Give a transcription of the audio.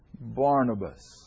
Barnabas